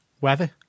weather